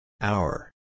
Hour